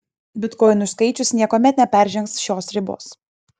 bitkoinų skaičius niekuomet neperžengs šios ribos